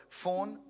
phone